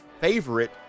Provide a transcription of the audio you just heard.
favorite